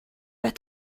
pas